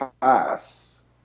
pass